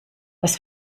was